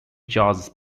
jazz